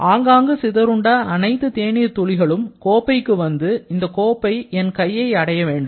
ஆங்காங்கு சிதறுண்ட அனைத்து தேநீர் துளிகளும் கோப்பைக்கு வந்து இந்த கோப்பை என் கையை அடைய வேண்டும்